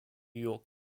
york